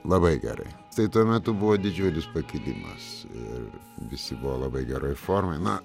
labai gerai tai tuo metu buvo didžiulis pakilimas ir visi buvo labai geroj formoj na